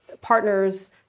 partners